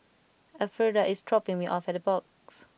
Elfrieda is dropping me off at Big Box